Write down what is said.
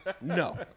no